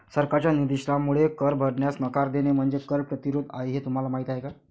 सरकारच्या निषेधामुळे कर भरण्यास नकार देणे म्हणजे कर प्रतिरोध आहे हे तुम्हाला माहीत आहे का